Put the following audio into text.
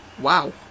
Wow